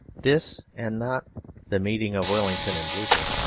this, and not the meeting of wellington and blucher,